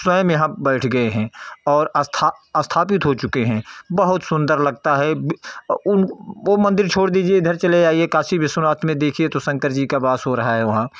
स्वयं यहाँ बैठ गए हैं और आस्था स्थापित हो चुके हैं बहुत सुन्दर लगता है और वो वो मंदिर छोड़ दीजिए इधर चले आइए काशी विश्वनाथ में देखिए तो शंकर जी का वास हो रहा है वहाँ